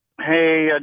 Hey